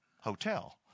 hotel